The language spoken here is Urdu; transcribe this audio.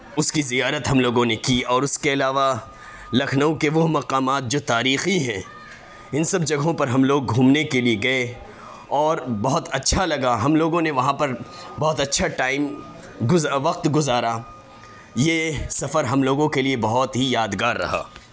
اس کی زیارت ہم لوگوں نے کی اور اس کے علاوہ لکھنؤ کے وہ مقامات جو تاریخی ہیں ان سب جگہوں پر ہم لوگ گھومنے کے لیے گئے اور بہت اچھا لگا ہم لوگوں نے وہاں پر بہت اچھا ٹائم وقت گزارا یہ سفر ہم لوگوں کے لیے بہت ہی یادگار رہا